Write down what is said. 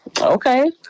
Okay